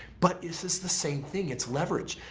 but is this the same thing, it's leverage.